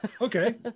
Okay